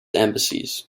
embassies